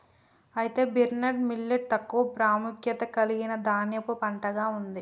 అయితే barnyard millet తక్కువ ప్రాముఖ్యత కలిగిన ధాన్యపు పంటగా ఉంది